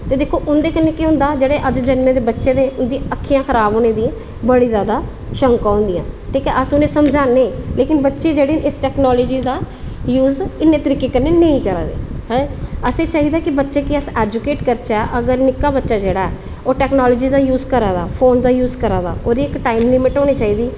ते दिक्खो ओह्दे कन्नै केह् होंदा की जेह्ड़े अज्ज दे जनमे बच्चे दियां अक्खियां खराब होने दियां बड़ी जादा शंका होंदियां ते अस उनेंगी समझानै पर बच्चे जेह्ड़े इस टेक्नोलॉज़ी दा यूज़ इन्ने तरीकै कन्नै नेईं करा दे असेंगी चाहिदा की अस बच्चे गी ऐजूकेट करचै निक्का बच्चा जेह्ड़ा ओह् टेक्नोलॉज़ी दा यूज़ करा दा फोन दा यूज़ करा दा ओह्दी इअक्क टाईम लिमिट होना चाहिदी